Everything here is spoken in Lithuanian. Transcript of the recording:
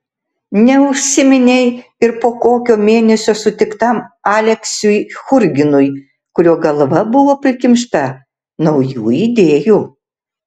neužsiminei ir po kokio mėnesio sutiktam aleksiui churginui kurio galva buvo prikimšta naujų idėjų